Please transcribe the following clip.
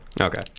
Okay